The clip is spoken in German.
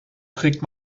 trägt